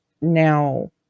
now